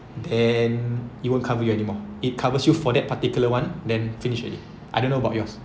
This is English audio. then it won't cover you anymore it covers you for that particular one then finish already I don't know about yours